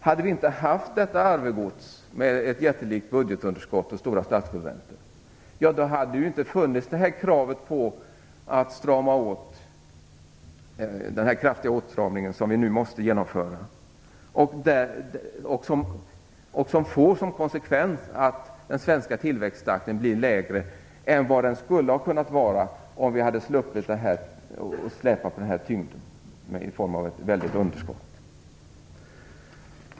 Hade vi inte haft detta arvegods med ett jättelikt budgetunderskott och höga statsskuldsräntor då hade det inte funnits något krav på den kraftiga åtstramning som vi nu måste genomföra och som får som konsekvens att den svenska tillväxttakten blir lägre än vad den skulle ha kunnat vara, om vi hade sluppit släpa med oss detta väldiga underskott.